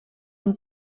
une